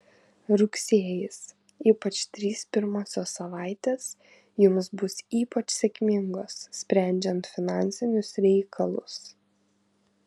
rugsėjis ypač trys pirmosios savaitės jums bus ypač sėkmingos sprendžiant finansinius reikalus